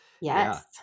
Yes